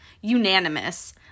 unanimous